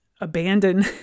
abandon